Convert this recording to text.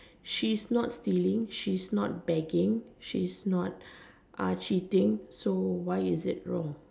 she's not stealing she's not begging she's not uh cheating so why is it wrong